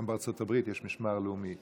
גם בארצות הברית יש משמר לאומי,